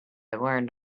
learned